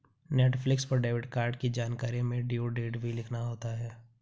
Netflix पर debit card की जानकारी में ड्यू डेट भी लिखना होता है